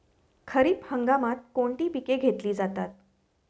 खरीप हंगामात कोणती पिके घेतली जातात?